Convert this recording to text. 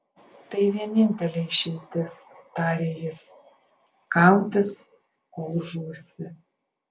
tai vienintelė išeitis tarė jis kautis kol žūsi